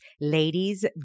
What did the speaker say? Ladies